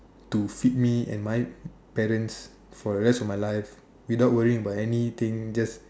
to feed me and my parents for the rest of my life without worrying about anything just